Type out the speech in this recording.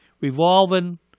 Revolving